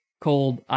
Cold